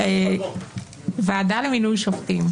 ועדה למינוי שופטים,